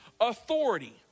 authority